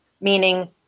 meaning